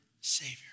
Savior